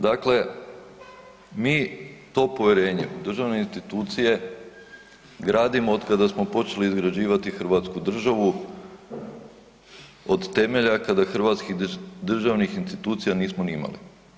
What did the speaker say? Dakle, mi to povjerenje u državne institucije gradimo otkada smo počeli izgrađivati hrvatsku državu, od temelja kada hrvatskih državnih institucija nismo ni imali.